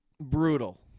Brutal